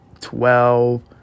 twelve